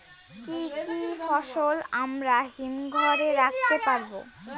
কি কি ফসল আমরা হিমঘর এ রাখতে পারব?